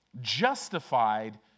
Justified